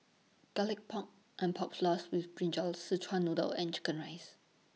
Garlic Pork and Pork Floss with Brinjal Sichuan Noodle and Chicken Rice